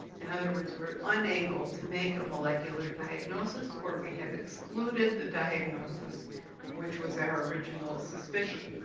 in other words, we're unable to make a molecular diagnosis, or we have excluded the diagnosis which was our original suspicion.